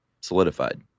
Solidified